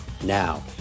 Now